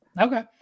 Okay